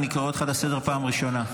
אני קורא אותך לסדר פעם ראשונה.